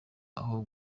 aho